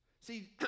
See